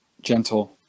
gentle